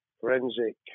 forensic